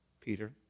Peter